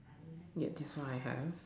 yeah before I have